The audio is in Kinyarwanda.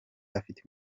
afite